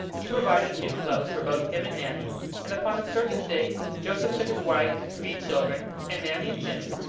he provided new clothes for both him and nanny and upon a certain day, joseph took his wife and three children, and nanny and jim,